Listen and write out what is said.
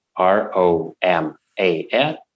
R-O-M-A-N